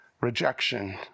rejection